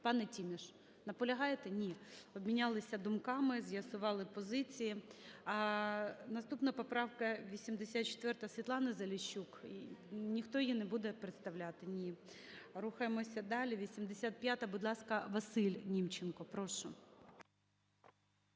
Пане Тіміш, наполягаєте? Ні. Обмінялися думками, з'ясували позиції. Наступна поправка 84. Світлана Заліщук. Ніхто її не буде представляти? Ні. Рухаємося далі. 85-а. Будь ласка, Василь Німченко. Прошу.